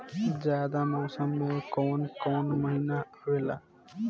जायद मौसम में काउन काउन महीना आवेला?